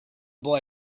boy